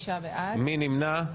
מי נמנע?